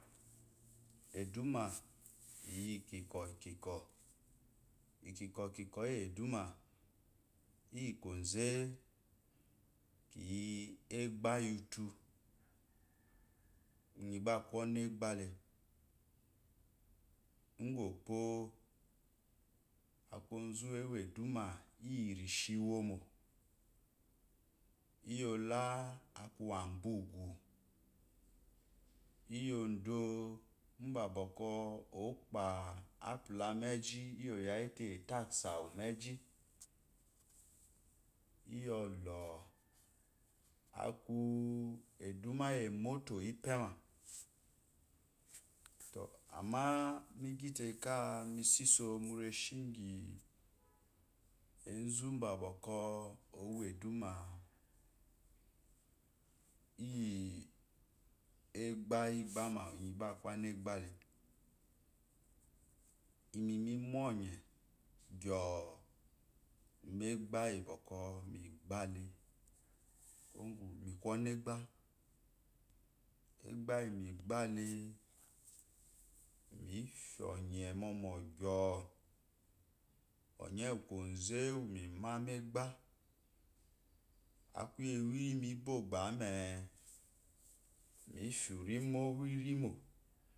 Eduma iyi kikwɔ kikw ikikwɔ kikwɔ yi eduma iyi koze kiyi egda yitu inyi gba aku onebale nguopwo aku ozuwe woeduma iyi rishi iwomoiola akuwa bwo ugu iyodo mbabwɔ kwɔ aku kpa apula meji iyi oyayie otais awu meji iyiolo aku eduma iyi omoto ipema amma migyite kami so iso mekaka yi enzu bwa bwɔkwɔ owo eduma iyi egbe igabema inyi gba aku anegbale imi mimu onye gyoo mu egde yi bwɔkwv mi gbale kuwo gu miku onegba egba yi migbale mifya onye momo gyoo onye koze mima megba aku yi. ewoimi ibo-ogbime mifia unimo wurimo.